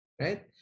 right